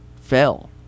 fell